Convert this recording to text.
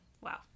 Wow